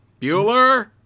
Bueller